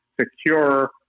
secure